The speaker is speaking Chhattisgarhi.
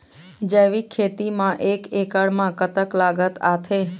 जैविक खेती म एक एकड़ म कतक लागत आथे?